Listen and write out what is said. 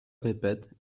répète